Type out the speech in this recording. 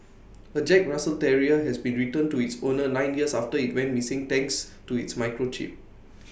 A Jack Russell terrier has been returned to its owners nine years after IT went missing thanks to its microchip